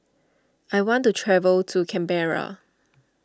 I want to travel to Canberra